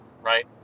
right